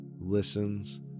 listens